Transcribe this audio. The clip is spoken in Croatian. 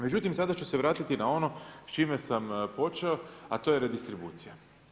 Međutim, sada ću se vratiti na ono s čime sam počeo a to je redistribucija.